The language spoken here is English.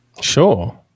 Sure